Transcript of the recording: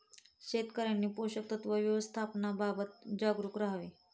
शेतकऱ्यांनी पोषक तत्व व्यवस्थापनाबाबत जागरूक राहावे